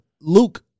Luke